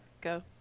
Go